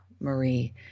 Marie